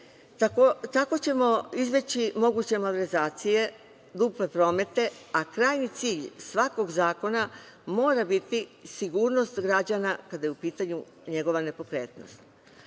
Tako ćemo izbeći moguće malverzacije, duple promete, a krajnji cilj svakog zakona mora biti sigurnost građana, kada je u pitanju njegova nepokretnost. Očekujem